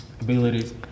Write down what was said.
abilities